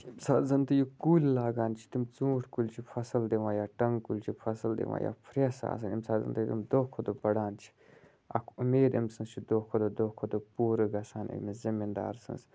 ییٚمہِ ساتہٕ زَن تہٕ یہِ کُلۍ لاگان چھِ تِم ژوٗںٛٹھۍ کُلۍ چھِ فَصٕل دِوان یا ٹنٛگہٕ کُلۍ چھِ فَصٕل دِوان یا پھرٛٮ۪س آسَن ییٚمہِ ساتَن تہٕ یِم دۄہ کھۄ دۄہ بَڑان چھِ اَکھ اُمید أمۍ سٕنٛز چھِ دۄہ کھۄ دۄہ دۄہ کھۄ دۄہ پوٗرٕ گژھان أمِس زٔمیٖندار سٕںٛز